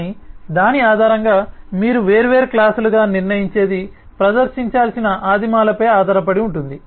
కానీ దాని ఆధారంగా మీరు వేర్వేరు క్లాస్ లుగా నిర్ణయించేది ప్రదర్శించాల్సిన ఆదిమాలపై ఆధారపడి ఉంటుంది